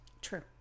True